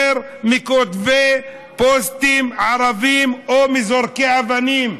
מכותבי פוסטים ערבים או מזורקי אבנים.